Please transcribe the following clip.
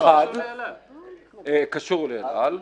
זה קשור לאל על.